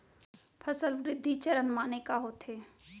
फसल वृद्धि चरण माने का होथे?